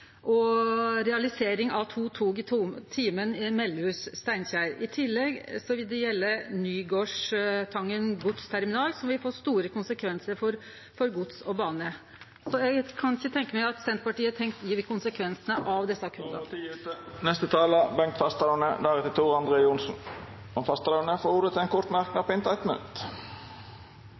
realisering av to tog i timen mellom Melhus og Steinkjer. I tillegg vil det gjelde Nygårdstangen godsterminal, som vil få store konsekvensar for gods og bane. Eg kan ikkje tenkje meg at Senterpartiet har tenkt på konsekvensane. Representanten Bengt Fasteraune har hatt ordet to gonger tidlegare og får ordet til ein kort merknad, avgrensa til 1 minutt.